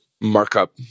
Markup